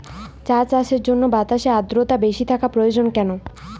চা চাষের জন্য বাতাসে আর্দ্রতা বেশি থাকা প্রয়োজন কেন?